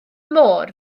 môr